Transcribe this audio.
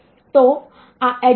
તો આ એડ્રેસ છે